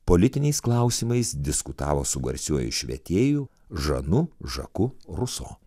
politiniais klausimais diskutavo su garsiuoju švietėju žanu žaku ruso